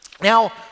Now